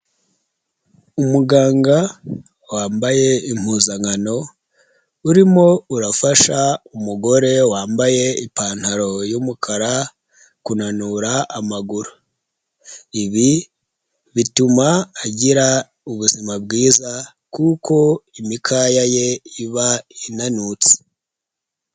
Umuganga wambaye impuzankano, urimo urafasha umugore wambaye ipantaro y'umukara kunanura amaguru, ibi bituma agira ubuzima bwiza kuko imikaya ye iba inanutse.